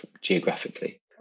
geographically